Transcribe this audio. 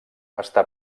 està